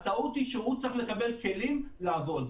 הטעות היא שהוא צריך לקבל כלים לעבוד,